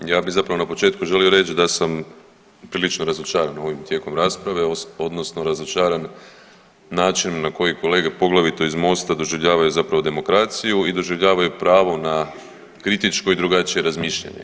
Ja bih zapravo na početku želio reći da sam prilično razočaran ovim tijekom rasprave odnosno razočaran načinom na koji kolege poglavito iz Mosta doživljavaju zapravo demokraciju i doživljavaju pravo na kritičko i drugačije razmišljanje.